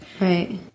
Right